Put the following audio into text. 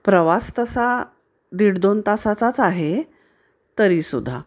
प्रवास तसा दीड दोन तासाचाच आहे तरीसुद्धा